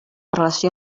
relació